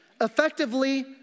Effectively